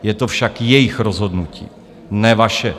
Je to však jejich rozhodnutí, ne vaše.